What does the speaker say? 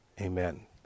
amen